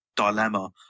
dilemma